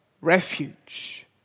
refuge